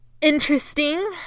interesting